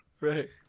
Right